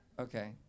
Okay